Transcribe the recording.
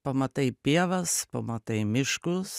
pamatai pievas pamatai miškus